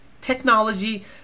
technology